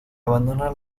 abandonar